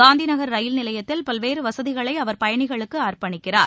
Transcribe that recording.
காந்தி நகர் ரயில் நிலையத்தில் பல்வேறு வசதிகளை அவர் பயணிகளுக்கு அர்ப்பணிக்கிறார்